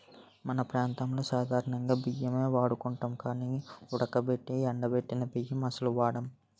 మన ప్రాంతంలో సాధారణ బియ్యమే ఒండుకుంటాం గానీ ఉడకబెట్టి ఎండబెట్టిన బియ్యం అస్సలు వాడం